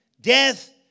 Death